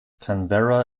canberra